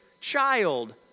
child